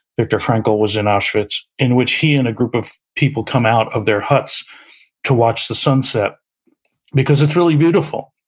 viktor frankl was in auschwitz in which he and a group of people come out of their huts to watch the sunset because it's really beautiful,